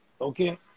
Okay